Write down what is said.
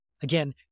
Again